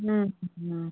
हूं हूं